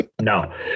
No